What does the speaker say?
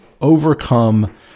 overcome